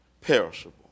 perishable